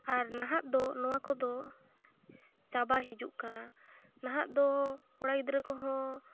ᱟᱨ ᱱᱟᱦᱟᱜ ᱫᱚ ᱱᱚᱣᱟ ᱠᱚᱫᱚ ᱪᱟᱵᱟ ᱦᱤᱡᱩᱜ ᱠᱟᱱᱟ ᱱᱟᱦᱟ ᱫᱚ ᱠᱚᱲᱟ ᱜᱤᱫᱽᱨᱟᱹ ᱠᱚᱦᱚᱸ